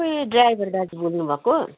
तपाईँ ड्राइभर दाजु बोल्नु भएको हो